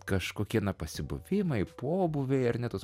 kažkokie na pasibuvimai pobūviai ar ne tos